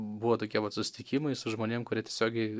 buvo tokie vat susitikimai su žmonėm kurie tiesiogiai